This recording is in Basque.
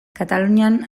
katalunian